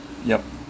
yup